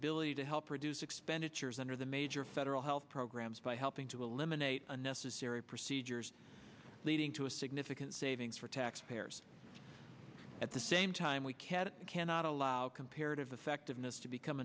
ability to help reduce expenditures under the major federal health programs by helping to eliminate unnecessary procedures leading to a significant savings for taxpayers at the same time we can not allow comparative effectiveness to become